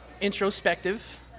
Introspective